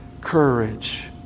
courage